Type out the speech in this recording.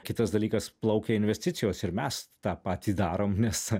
kitas dalykas plaukia investicijos ir mes tą patį darom nes